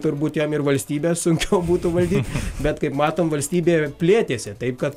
turbūt jam ir valstybę sunkiau būtų valdyt bet kaip matom valstybė plėtėsi taip kad